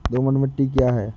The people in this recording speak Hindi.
दोमट मिट्टी क्या है?